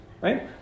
right